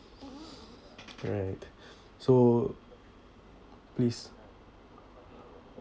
right so please